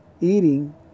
eating